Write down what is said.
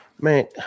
man